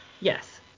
Yes